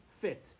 fit